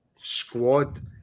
squad